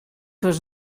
was